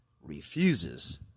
refuses